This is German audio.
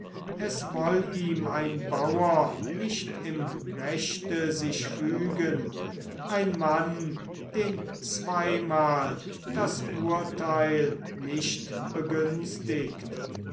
es woll ihm ein bauer nicht im rechte sich fügen ein mann den zweimal das urteil nicht